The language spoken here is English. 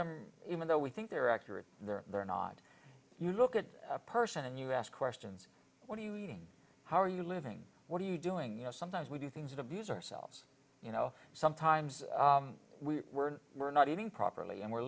them even though we think they're accurate and they're they're not you look at a person and you ask questions what do you mean how are you living what are you doing you know sometimes we do things that abuse or selves you know sometimes we were we're not eating properly and we're